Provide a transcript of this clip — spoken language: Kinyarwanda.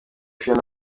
fiona